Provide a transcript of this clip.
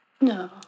no